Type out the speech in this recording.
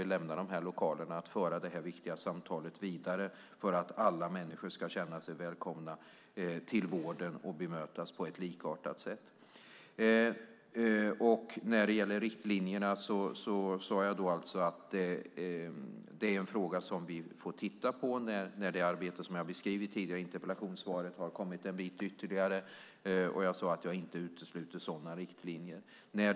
Det handlar om att fortsätta att föra detta viktiga samtal så att alla människor ska känna sig välkomna till vården och bemötas på ett likartat sätt. Vad gäller riktlinjerna är det, som jag sade, en fråga som vi får titta på när det arbete som jag beskrivit i interpellationssvaret kommit ytterligare en bit på väg. Som jag sade utesluter jag inte sådana riktlinjer.